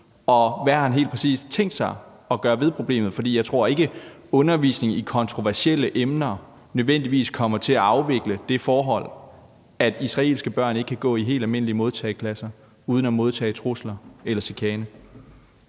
og hvad har han helt præcis tænkt sig at gøre ved problemet? For jeg tror ikke, at undervisning i kontroversielle emner nødvendigvis kommer til at afvikle det forhold, at israelske børn ikke kan gå i helt almindelige modtageklasser uden at blive udsat for trusler eller chikane.